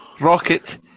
Rocket